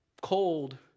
Cold